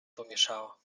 pomieszało